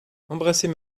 embrassez